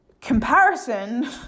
comparison